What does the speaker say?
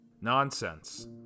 Nonsense